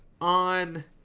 on